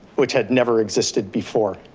which had never existed before.